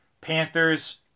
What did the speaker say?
Panthers